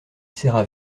serra